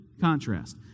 contrast